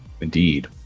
indeed